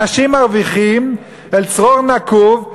אנשים מרוויחים אל צרור נקוב,